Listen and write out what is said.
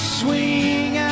swing